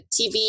TV